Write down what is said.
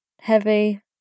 heavy